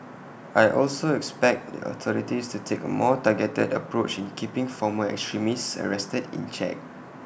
I also expect the authorities to take A more targeted approach in keeping former extremists arrested in check